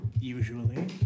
usually